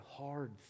hard